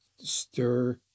stir